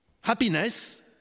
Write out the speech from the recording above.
happiness